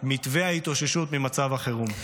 מתווה ההתאוששות ממצב החירום.